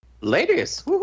Ladies